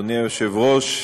אדוני היושב-ראש,